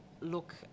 look